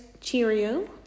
cheerio